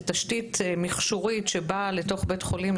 לתשתית מכשורית שבאה לתוך בית חולים,